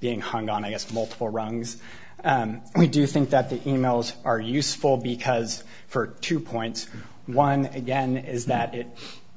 being hung on against multiple wrongs we do think that the emails are useful because for two points one again is that it